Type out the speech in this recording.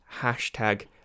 hashtag